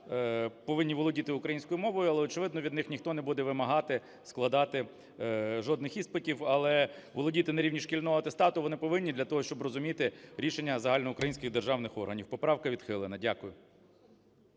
повинні володіти українською мовою, але, очевидно, від них ніхто не буде вимагати складати жодних іспитів, але володіти на рівні шкільного атестату вони повинні для того, щоб розуміти рішення загальноукраїнських державних органів. Поправка відхилена. Дякую.